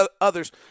others